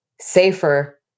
safer